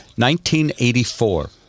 1984